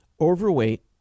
overweight